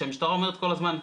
כשהמשטרה אומרת כל הזמן,